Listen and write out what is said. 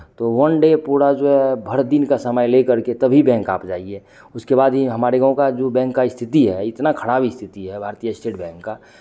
तो one day पूरा जो है भर दिन का समय लेकर के तभी बैंक आप जाइए उसके बाद ही हमारे गाँव का जो बैंक का स्थिति है इतना खराब स्थिति है भारतीय स्टेट बैंक का